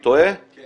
דרך